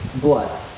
blood